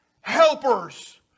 Helpers